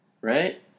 Right